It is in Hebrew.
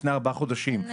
לפני ארבעה חודשים,